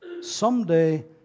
someday